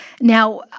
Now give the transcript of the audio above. Now